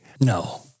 No